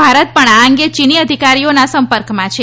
ભારત પણ આ અંગે ચીની અધિકારીઓના સંપર્કમાં છે